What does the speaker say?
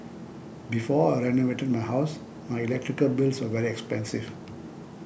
before I renovated my house my electrical bills were very expensive